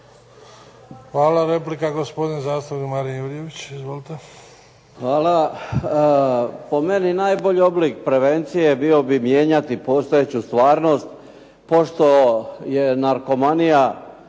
Hvala. Replika gospodin zastupnik Marin Jurjević. Izvolite. **Jurjević, Marin (SDP)** Hvala. Po meni najbolji oblik prevencije bio bi mijenjati postojeću stvarnost, pošto je narkomanija